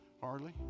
hardly